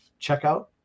checkout